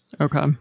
Okay